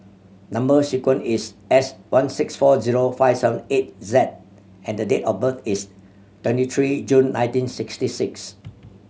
number sequence is S one six four zero five seven eight Z and the date of birth is twenty three June nineteen sixty six